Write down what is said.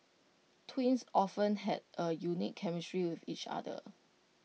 twins often have A unique chemistry with each other